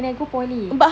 when I go polytechnic